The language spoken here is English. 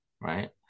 right